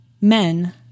men